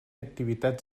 activitats